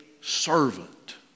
servant